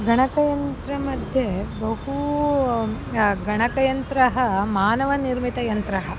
गणकयन्त्रमध्ये बहु गणकयन्त्रं मानवनिर्मितं यन्त्रम्